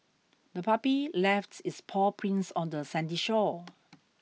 the puppy left its paw prints on the sandy shore